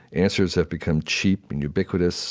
answers have become cheap and ubiquitous